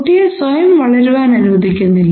കുട്ടിയെ സ്വയം വളരുവാൻ അനുവദിക്കുന്നില്ല